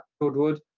Goodwood